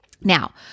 Now